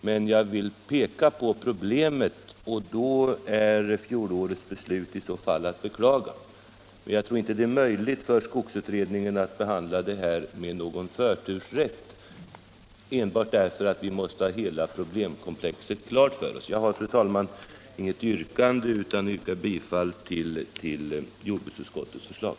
Men jag vill peka på problemet, för om det finns en sådan här orsak är fjolårets beslut att beklaga. Jag tror emellertid inte det är möjligt för skogsutredningen att behandla saken med förtur enbart därför att vi måste ha hela problemkomplexet klart för oss. Jag har, fru talman, inget yrkande utan hemställer om bifall till jordbruksutskottets förslag.